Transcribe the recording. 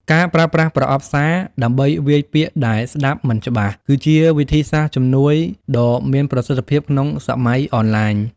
ការប្រើប្រាស់ប្រអប់សារ ដើម្បីវាយពាក្យដែលស្ដាប់មិនច្បាស់ គឺជាវិធីសាស្ត្រជំនួយដ៏មានប្រសិទ្ធភាពក្នុងសម័យអនឡាញ។